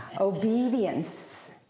obedience